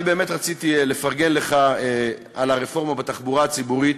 אני באמת רציתי לפרגן לך על הרפורמה בתעריפי התחבורה הציבורית,